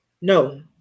No